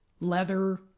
leather